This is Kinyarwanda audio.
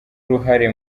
uruhare